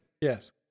Yes